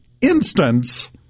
instance